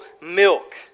milk